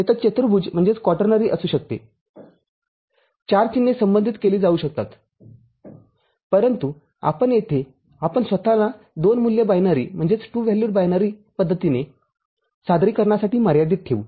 तेथे चतुर्भुज असू शकते ४ चिन्हे संबंधित केली जाऊ शकतातपरंतु आपण येथे आपण स्वत ला दोन मूल्य बायनरी पद्धतीने सादरीकरणासाठी मर्यादित ठेवू